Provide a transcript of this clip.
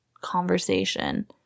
conversation